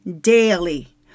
daily